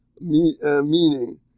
meaning